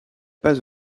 pas